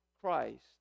Christ